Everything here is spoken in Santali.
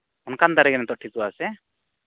ᱚᱱᱠᱟᱱ ᱫᱟᱨᱮ ᱜᱮ ᱱᱤᱛᱚᱜ ᱴᱷᱤᱠᱚᱜᱼᱟ ᱥᱮ